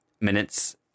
minutes